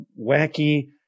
wacky